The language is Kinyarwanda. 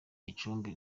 gicumbi